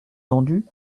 tendu